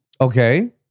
Okay